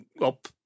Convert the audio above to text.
up